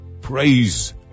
Praise